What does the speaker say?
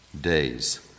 days